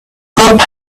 cup